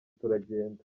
turagenda